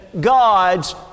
God's